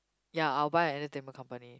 ya I'll buy an entertainment company